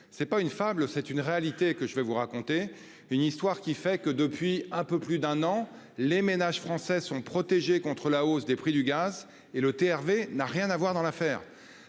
C'est pas une fable, c'est une réalité que je vais vous raconter une histoire qui fait que depuis un peu plus d'un an. Les ménages français sont protégés contre la hausse des prix du gaz et le TRV n'a rien à voir dans l'affaire.